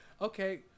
okay